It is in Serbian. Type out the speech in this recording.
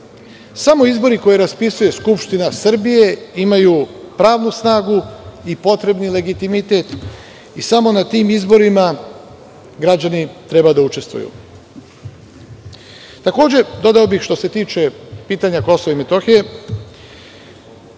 izbori koje raspisuje Skupština Srbije imaju pravnu snagu i potrebni legitimitet i samo na tim izborima građani treba da učestvuju. Takođe, dodao bih što se tiče pitanja Kosova i Metohije